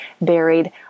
buried